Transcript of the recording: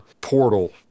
portal